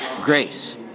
Grace